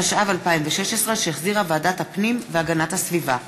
התשע"ו 2016, שהחזירה ועדת הפנים והגנת הסביבה.